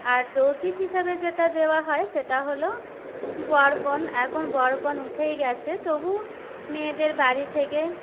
আর যৌতুক হিসাবে যেটা দেওয়া হয় সেটা হল বরপণ এখন বরপণ উঠেই গেছে তবু মেয়েদের বাড়ি থেকে